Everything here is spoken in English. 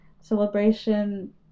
celebration